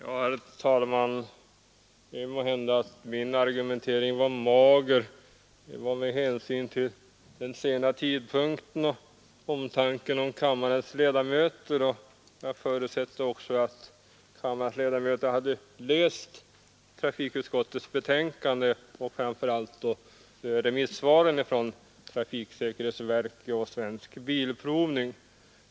Herr talman! Måhända var min argumentering mager, men det var med hänsyn till den sena tidpunkten och av omtanke om kammarens ledamöter. Jag förutsätter också att kammarens ledamöter har läst trafikutskottets betänkande och framför allt remissvaren från trafiksäkerhetsverket och Svensk bilprovning.